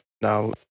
Now